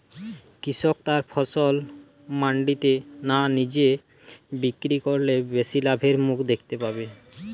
কৃষক তার ফসল মান্ডিতে না নিজে বিক্রি করলে বেশি লাভের মুখ দেখতে পাবে?